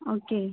okay